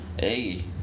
Hey